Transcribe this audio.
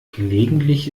gelegentlich